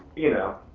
you know.